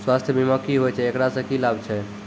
स्वास्थ्य बीमा की होय छै, एकरा से की लाभ छै?